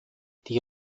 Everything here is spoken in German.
die